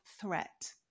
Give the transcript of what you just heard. threat